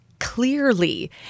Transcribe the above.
Clearly